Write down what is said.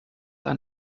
ein